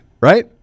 right